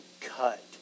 cut